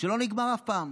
שלא נגמר אף פעם,